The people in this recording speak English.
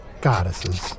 Goddesses